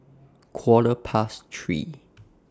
Quarter Past three